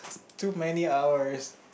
took many hours